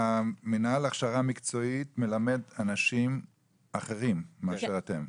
המינהל להכשרה מקצועית מלמד אנשים אחרים מאשר אתם.